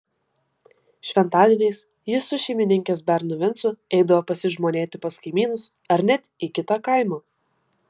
šventadieniais jis su šeimininkės bernu vincu eidavo pasižmonėti pas kaimynus ar net į kitą kaimą